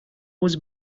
was